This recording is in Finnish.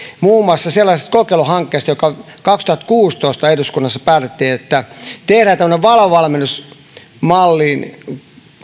muun muassa sellaisesta kokeiluhankkeesta joka kaksituhattakuusitoista eduskunnassa päätettiin että tehdään tämmöinen valo valmennusmalliin